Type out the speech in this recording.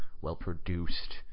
well-produced